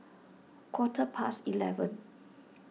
quarter past eleven